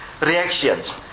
reactions